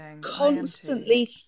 constantly